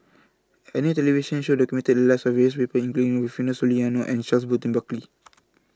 A New television Show documented The Lives of various People including Rufino Soliano and Charles Burton Buckley